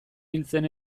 hiltzen